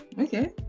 Okay